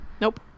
nope